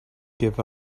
give